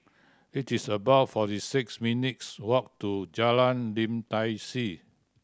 it is about forty six minutes' walk to Jalan Lim Tai See